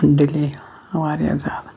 delay واریاہ زیادٕ